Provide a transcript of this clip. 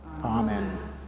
Amen